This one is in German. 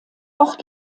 ort